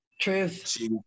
Truth